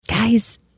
Guys